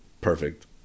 perfect